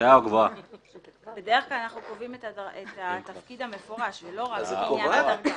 בדרך כלל אנחנו קובעים את התפקיד הפורש ולא רק את עניין הדרגה.